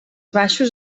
baixos